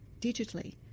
digitally